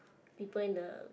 people in the